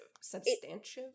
Substantive